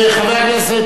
חבר הכנסת,